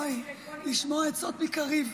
אוי, לשמוע עצות מקריב.